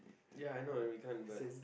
ya I know and we can't but